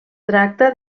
tracta